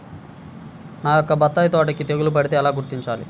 నా యొక్క బత్తాయి తోటకి తెగులు పడితే ఎలా గుర్తించాలి?